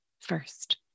first